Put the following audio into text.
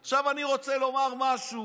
עכשיו, אני רוצה לומר משהו: